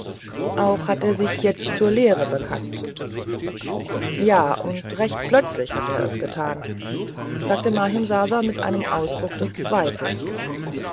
auch hat er sich jetzt zur lehre bekannt ja und recht plötzlich hat er sich bekannt sagte mahimsasa mit einem ausdruck des zweifels